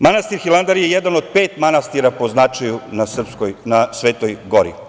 Manastir Hilandar je jedan od pet manastira po značaju na Svetoj Gori.